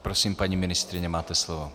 Prosím, paní ministryně, máte slovo.